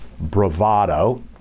bravado